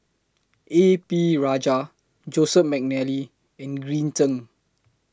A P Rajah Joseph Mcnally and Green Zeng